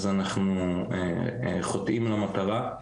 אז אנחנו חוטאים למטרה,